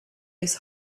his